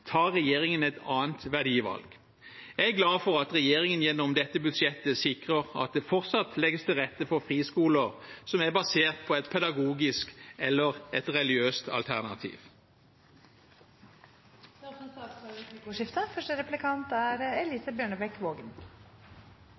tar regjeringen et annet verdivalg. Jeg er glad for at regjeringen gjennom dette budsjettet sikrer at det fortsatt legges til rette for friskoler som er basert på et pedagogisk eller religiøst alternativ. Det blir replikkordskifte.